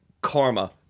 karma